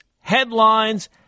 headlines